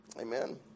Amen